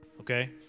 Okay